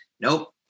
nope